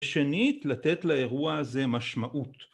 ‫ושנית, לתת לאירוע הזה משמעות.